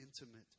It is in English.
intimate